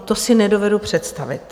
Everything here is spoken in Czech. To si nedovedu představit.